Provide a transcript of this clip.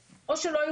או לא חיו בכפר ברצף,